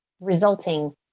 resulting